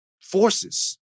forces